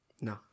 No